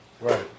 Right